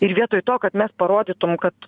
ir vietoj to kad mes parodytum kad